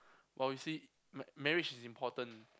oh you see ma~ marriage is important